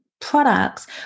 products